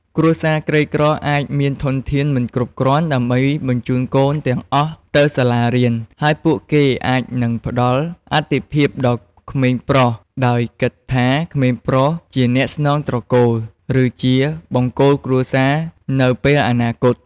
គ្រួសារក្រីក្រអាចមានធនធានមិនគ្រប់គ្រាន់ដើម្បីបញ្ជូនកូនទាំងអស់ទៅសាលារៀន ហើយពួកគេអាចនឹងផ្តល់អាទិភាពដល់ក្មេងប្រុស ដោយគិតថាក្មេងប្រុសជាអ្នកស្នងត្រកូល ឬជាបង្គោលគ្រួសារនៅពេលអនាគត។